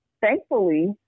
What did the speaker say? thankfully